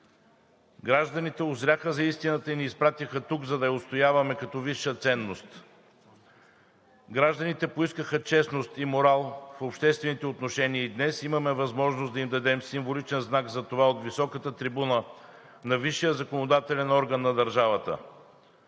Гражданите узряха за истината и ни изпратиха тук, за да я отстояваме като висша ценност. Гражданите поискаха честност и морал в обществените отношения и днес имаме възможност да им дадем символичен знак за това от високата трибуна на висшия законодателен орган на държавата.